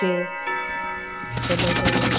chess table tennis